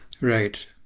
Right